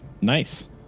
Nice